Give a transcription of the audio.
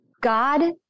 God